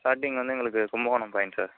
ஸ்டார்டிங்லருந்து எங்களுக்கு Kumbakonam point sir